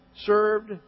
served